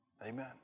Amen